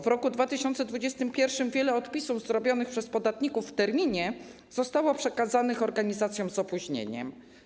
W roku 2021 wiele odpisów zrobionych przez podatników w terminie zostało przekazanych organizacjom z opóźnieniem.